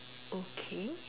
okay